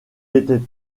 étaient